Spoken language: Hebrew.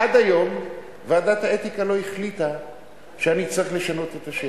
עד היום ועדת האתיקה לא החליטה שאני צריך לשנות את השם,